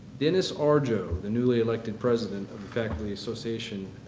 dennis arjo, the newly elected president of the faculty association